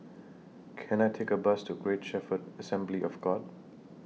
Can I Take A Bus to Great Shepherd Assembly of God